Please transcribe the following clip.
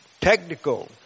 technical